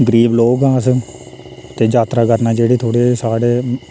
गरीब लोक आं अस ते यात्रा करना जेह्ड़े थोह्ड़े साढ़े